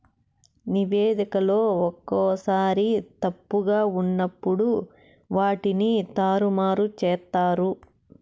నివేదికలో ఒక్కోసారి తప్పుగా ఉన్నప్పుడు వాటిని తారుమారు చేత్తారు